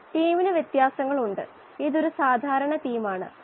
ഈ ഗാഢതയാണ് വാതകഘട്ടവുമായി സന്തുലത്തിലുള്ളത്